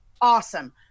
awesome